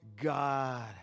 God